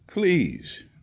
Please